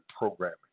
programming